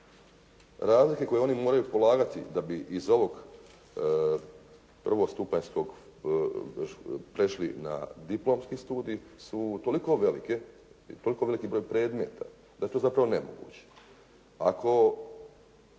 Razlike koje oni moraju polagati da bi iz ovog prvostupanjskog prešli na diplomski studij su toliko velike, toliko veliki broj predmeta da je to zapravo nemoguće.